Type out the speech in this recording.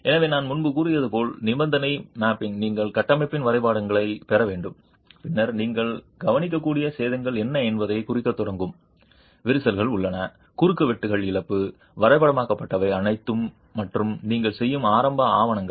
எனவே நான் முன்பு கூறியது போல் நிபந்தனை மேப்பிங் நீங்கள் கட்டமைப்பின் வரைபடங்களைப் பெற வேண்டும் பின்னர் நீங்கள் கவனிக்கக்கூடிய சேதங்கள் என்ன என்பதைக் குறிக்கத் தொடங்கும் விரிசல்கள் உள்ளன குறுக்குவெட்டுகள் இழப்பு வரைபடமாக்கப்பட்டவை அனைத்தும் மற்றும் நீங்கள் செய்யும் ஆரம்ப ஆவணங்கள்